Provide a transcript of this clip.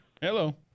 hello